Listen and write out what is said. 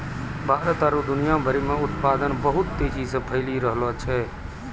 भारत आरु दुनिया भरि मे उत्पादन बहुत तेजी से फैली रैहलो छै